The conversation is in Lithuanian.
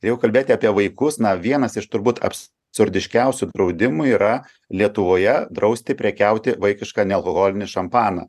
jeigu kalbėti apie vaikus na vienas iš turbūt absurdiškiausių draudimų yra lietuvoje drausti prekiauti vaikišką nealkoholinį šampaną